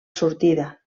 sortida